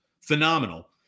Phenomenal